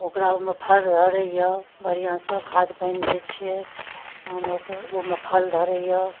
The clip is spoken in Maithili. ओकरा ओहिमे फर धरैए बढ़िआँसँ खाद पानि दै छिए तहन ओकर ओहिमे फल धरैए